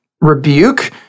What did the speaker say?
rebuke